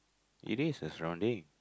it is a surrounding